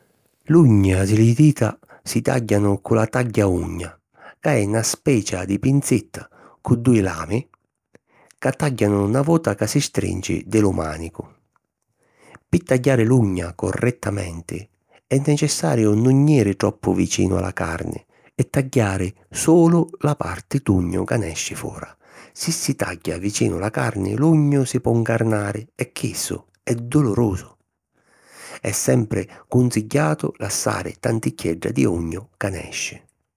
L'ugna di li jìdita si tàgghianu cu lu tagghia ugna, ca è na specia di pinzetta cu dui lami ca tàgghianu na vota ca si strinci di lu mànicu. Pi tagghiari l'ugna correttamenti è necessariu nun jiri troppu vicinu a la carni e tagghiari sulu la parti d'ugnu ca nesci fora. Si si tagghia vicinu la carni, l’ugnu si po ncarnari e chissu è dulurusu. È sempri cunsigghiatu lassari tanticchiedda di ugnu ca nesci.